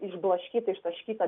išblaškyta ištaškyta